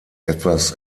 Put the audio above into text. etwas